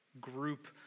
group